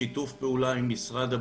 בשיתוף פעולה עם משרד הבריאות,